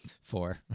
Four